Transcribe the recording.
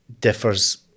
differs